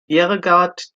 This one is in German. bjerregaard